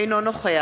אינו נוכח